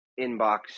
inbox